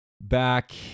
back